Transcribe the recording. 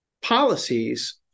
policies